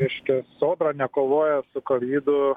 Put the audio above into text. reiškia sodra nekovoja su kovidu